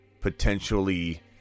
potentially